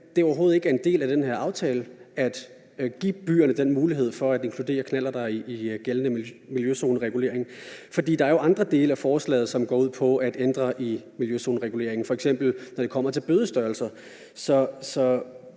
at det overhovedet ikke er en del af den her aftale at give byerne den mulighed for at inkludere knallerter i gældende miljøzoneregulering. For der er jo andre dele af forslaget, som går ud på at ændre i miljøzonereguleringen, f.eks. når det kommer til bødestørrelser.